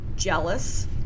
Jealous